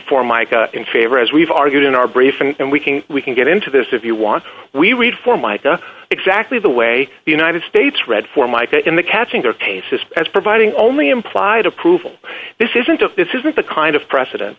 for micah in favor as we've argued in our brief and we can we can get into this if you want we read formica exactly the way the united states read formica in the catching their cases as providing only implied approval this isn't of this isn't the kind of precedent